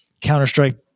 counter-strike